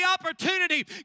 opportunity